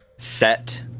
Set